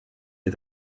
est